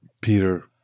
Peter